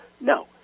No